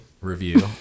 review